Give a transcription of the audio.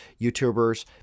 YouTubers